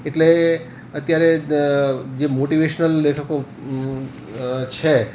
એટલે અત્યારે જે મોટિવેશનલ લેખકો છે